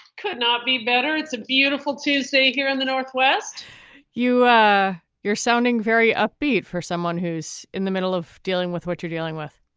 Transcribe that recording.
could not be better. it's a beautiful tuesday here in the northwest you you're sounding very upbeat for someone who's in the middle of dealing with what you're dealing with.